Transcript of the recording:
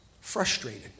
frustrated